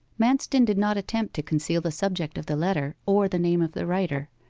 manston did not attempt to conceal the subject of the letter, or the name of the writer.